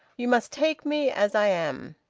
you must take me as i am.